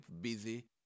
busy